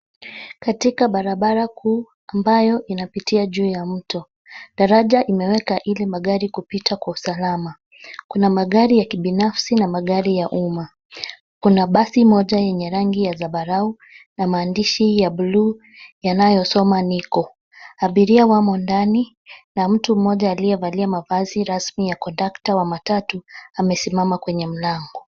Katika barabara kuu ambayo inapitia juu ya mto. Daraja imewekwa ili magari kupita Kwa usalama. Kuna magari ya kibinafsi na magari ya umma. Kuna basi moja yenye rangi ya zambarau na maandishi ya buluu yanayosoma cs[Nicco]cs. Abiria wamo ndani na mtu moja aliyevalia mavazi rasmi ya kondakta wa matatu amesimama kwenye lango.